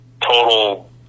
total